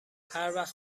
هروقت